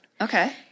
Okay